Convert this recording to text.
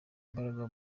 imbaraga